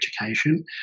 education